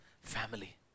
family